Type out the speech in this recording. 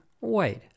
Wait